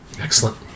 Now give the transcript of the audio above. Excellent